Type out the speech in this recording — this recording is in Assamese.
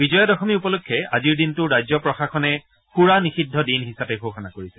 বিজয়া দশমী ুউপলক্ষে আজিৰ দিনটো ৰাজ্য প্ৰশাসনে সুৰা নিষিদ্ধ দিন হিচাপে ঘোষণা কৰিছে